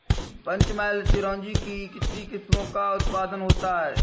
पंचमहल चिरौंजी की कितनी किस्मों का उत्पादन होता है?